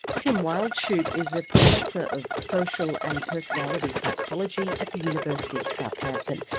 tim wildschut is a professor of social and personality psychology at the university of southampton.